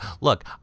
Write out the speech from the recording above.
Look